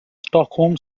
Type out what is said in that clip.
stockholm